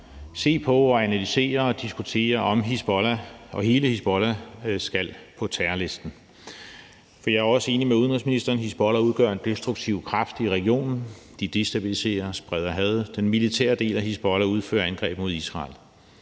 se på, analysere og diskutere, om Hizbollah, hele Hizbollah, skal på terrorlisten. For jeg er også enig med udenrigsministeren i, at Hizbollah udgør en destruktiv kraft i regionen. De destabiliserer og spreder had. Den militære del af Hizbollah udfører angreb mod Israel.